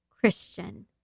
Christian